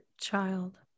child